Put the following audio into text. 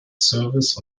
service